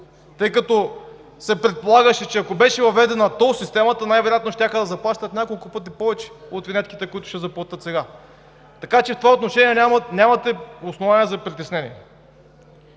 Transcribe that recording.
тъй като се предполагаше, че ако беше въведена тол системата, най-вероятно щяха да заплащат няколко пъти повече от винетките, които ще заплатят сега. Така че в това отношение нямате основание за притеснение.